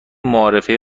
معارفه